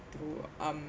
through um